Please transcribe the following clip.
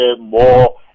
more